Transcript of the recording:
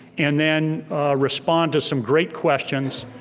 and then respond to some great questions.